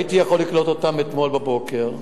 הייתי יכול לקלוט אותם אתמול בבוקר.